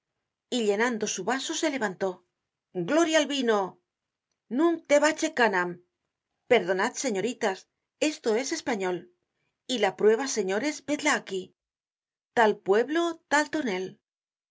y llenando su vaso se levantó gloria al vino nunc te bacche canam perdonad señoritas esto es español y la prueba señores vedla aquí tal pueblo tal tonel